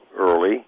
early